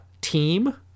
team